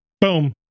Boom